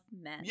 men